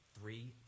Three